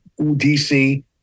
DC